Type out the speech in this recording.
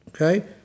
Okay